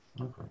Okay